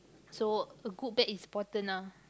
so a good bag is important ah